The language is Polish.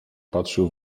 patrzył